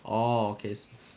oh okay